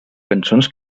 cançons